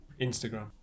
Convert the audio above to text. Instagram